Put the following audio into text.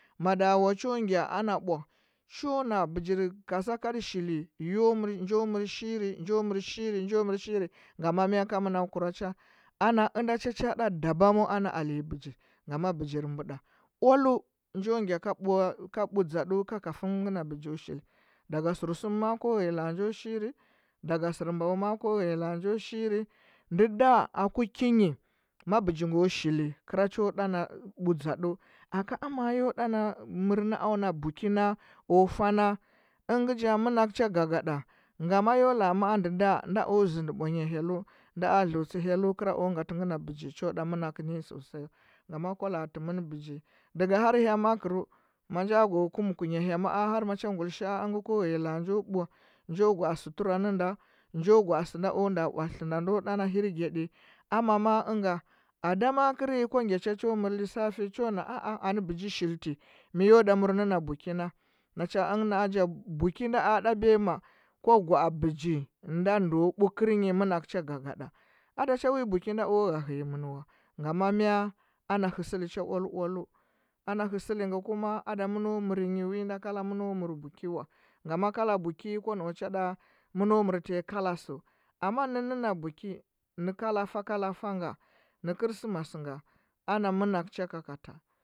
Mada cho gya ana ɓu cho na bɚgir madak aa shili yo mɚr njo mar shiri njo mɚr shiri njo mɚr shiri ngama mɚ ka manakɚu kura cha ana ɚnda cha cha ɗa dabamu ana alenya bɚgi ngama bɚjir ɓɚɚnɚlaodu njo gya ka ɓu dȝadu ka kamin ngɚ na bɚgio shili daga sɚrsum ma. a ko nghee laa njo shiri daga sɚr baluu ko la. a shiri ndɚ da aku ki nyi ma bɚgi shiri kɚra cho ɗa na ɓu aka amma yo ɗa na mɚr na. a na buki na o fa na ɚnja manakɚu cha gagaɗa ngama yo lao ma. a ndɚ da na o ȝtndi bwanyar heyllu nda a dleulse kera o gatɚ nghe na begi o na manakɚu ntnyi sosai kwa tɚ mɚn bɚji daga har hya makɚrau ma ja go kumku nyu hya ma. a har madia guilishare ma. a ko nghea la. a njo ɓu njo gwa’o sutura nɚ ndo njo gwa a sɚne o nda o nda ɓatlitɚ nda ndo nda na hirgyaɗi ama ma. a ɚnga ada ma. a kɚrɚ nyi kwa gya cho cho mɚr lissafi chon a, a anɚ ɓɚgi shiltɚ mɚ yo ɗa mɚr nɚ na buu na ma cho ɚngɚ na, a ja buki na a ɗa biyama kwa gwa a begi nda ndo ɓu kɚrnyi manakɚu cho gagaɗa ada cha wi buki na o hgea kɚ mɚn wa ngama mɚ ana hɚ sɚli cha oal oalu ana hesɚli ngɚ kuma ada mɚ no me nyi wi na kala mɚno mɚr buki wa nganie kala buki kwa naa cha nda mɚno mɚr tai kala sɚu sɚu amma nɚnnɚ na buki nɚ kalo fa kala fa nga nɚ chrismasɚu nga ana manakeu cha kakata